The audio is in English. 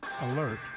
Alert